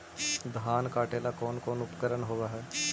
धान काटेला कौन कौन उपकरण होव हइ?